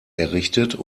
errichtet